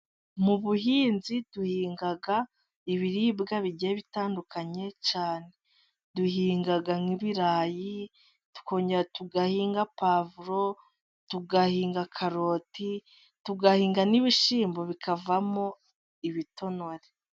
Mu buhinzi duhinga ibiribwa bigiye bitandukanye cyane, duhinga nk'ibirayi, tugahinga puwavuro, tugahinga karoti, tugahinga n'ibishyimbo bikavamo ibitonore.